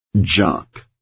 junk